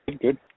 Good